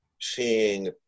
seeing